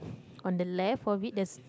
on the left of it there's